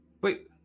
Wait